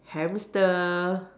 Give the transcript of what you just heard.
hamster